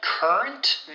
Current